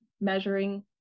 measuring